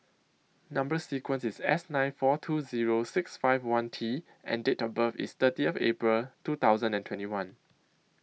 Number sequence IS S nine four two Zero six five one T and Date of birth IS thirty April two thousand and twenty one